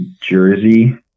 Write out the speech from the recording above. jersey